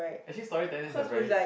actually storytelling is a very